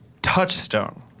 Touchstone